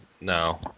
No